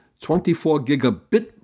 24-Gigabit